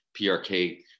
PRK